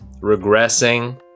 regressing